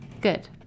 Good